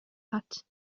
hat